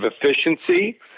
efficiency